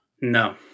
No